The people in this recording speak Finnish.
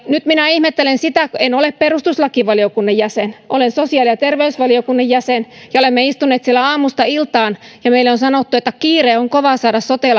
nyt minä ihmettelen sitä en ole perustuslakivaliokunnan jäsen olen sosiaali ja terveysvaliokunnan jäsen ja olemme istuneet siellä aamusta iltaan ja meille on sanottu että kiire on kova saada sote